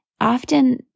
often